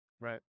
Right